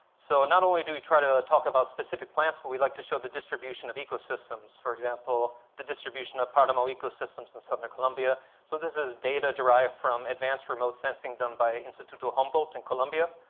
so not only do we try to talk about specific plants, but we like to show the distribution of ecosystems, for example, the distribution of paramo ecosystems in southern colombia. so this is data derived from advanced remote sensing done by instituto humboldt in and colombia.